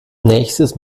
nächstes